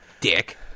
Dick